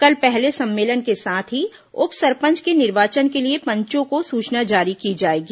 कल पहले सम्मलेन के साथ ही उप सरपंच के निर्वाचन के लिए पंचों को सूचना जारी की जाएगी